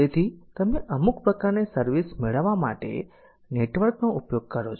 તેથી તમે અમુક પ્રકારની સર્વિસ મેળવવા માટે નેટવર્ક નો ઉપયોગ કરી શકો છો